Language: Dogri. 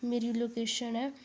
मेरी लोकेशन ऐ